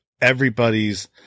everybody's